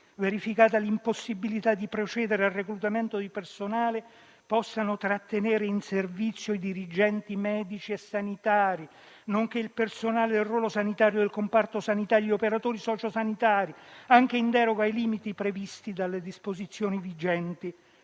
verificata l'impossibilità di procedere al reclutamento di personale, possano trattenere in servizio i dirigenti medici e sanitari, nonché il personale del ruolo sanitario del comparto sanitario e gli operatori sociosanitari, anche in deroga ai limiti previsti dalle disposizioni vigenti